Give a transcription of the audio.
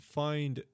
find